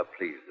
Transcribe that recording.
please